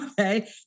Okay